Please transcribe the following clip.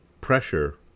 pressure